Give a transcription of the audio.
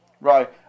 Right